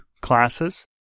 classes